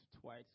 twice